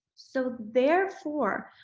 so, therefore,